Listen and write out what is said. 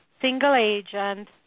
single-agent